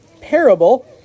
parable